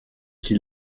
qui